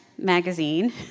magazine